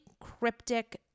cryptic